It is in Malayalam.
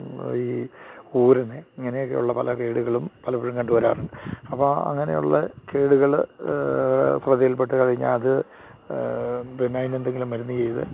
ഈ ഊരൻ ഇങ്ങനെയൊക്കെയുള്ള പല കേടുകളും പലപ്പോഴും കണ്ടു വരാറുണ്ട് അപ്പോൾ അങ്ങനെയുള്ള കേടുകൾ ശ്രദ്ധയിൽ പെട്ടു കഴിഞ്ഞാൽ അത് പിന്നെ അതിന് എന്തെങ്കിലും മരുന്ന് ചെയ്തു